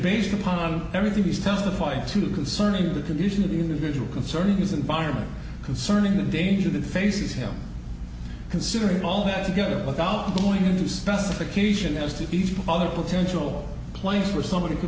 based upon everything he's testified to concerning the condition of the individual concerning his environment concerning the danger that faces him considering all that together without going into specification as to each other potential place where somebody could